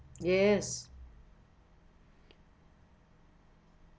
yes